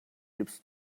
gips